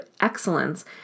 excellence